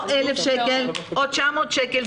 או 1,000 שקל או 900 שקל,